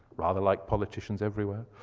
rather like politicians everywhere.